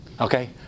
okay